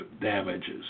damages